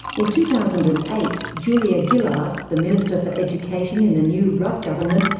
in two thousand and eight, julia gillard, the minister for education in the new rudd government,